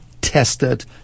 tested